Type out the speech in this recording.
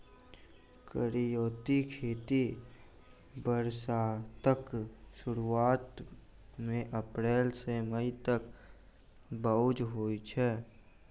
करियौती खेती बरसातक सुरुआत मे अप्रैल सँ मई तक बाउग होइ छै